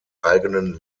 eigenen